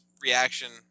reaction